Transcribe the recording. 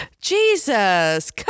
Jesus